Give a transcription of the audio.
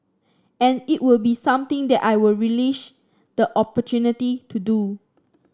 and it would be something that I would relish the opportunity to do